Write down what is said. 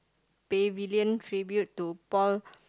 Pavilion Tribute to Paul